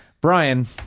Brian